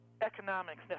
economics